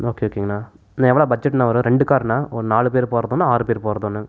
okay ஓகேங்கண்ணா எவ்வளோ பட்ஜெட்ண்ணா வரும் ரெண்டு கார்ண்ணா ஒன் நாலு பேர் போறதொன்று ஆறு பேர் போறதொன்று